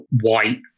white